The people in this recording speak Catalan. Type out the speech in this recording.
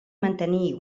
mantenir